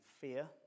fear